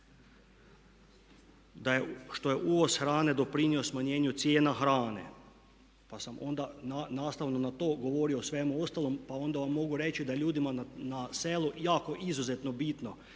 što je uvoz hrane doprinio smanjenju cijena hrane. Pa sam onda nastavno na to govorio o svemu ostalom pa onda vam mogu reći da ljudima na selu jako i izuzetno bitno